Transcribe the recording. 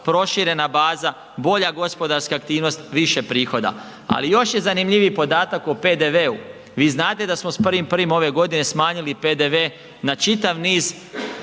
proširena baza, bolja gospodarska aktivnost, više prihoda. Ali još je zanimljiviji podatak o PDV-u. vi znate sa smo s 1.1. ove godine smanjili PDV na čitav niz